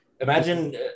Imagine